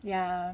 yeah